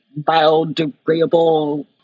biodegradable